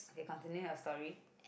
continue your story